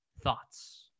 Thoughts